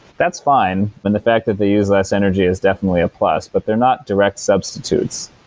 that's fine, when the fact that they use less energy is definitely a plus, but they're not direct substitute.